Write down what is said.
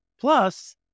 Plus